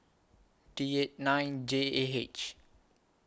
D eight nine J A H